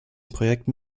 projekten